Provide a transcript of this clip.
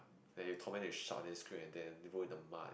then you torment and shout then scream at them you roll in the mud